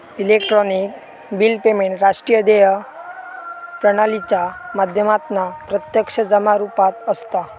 electronic bill payment राष्ट्रीय देय प्रणालीच्या माध्यमातना प्रत्यक्ष जमा रुपात असता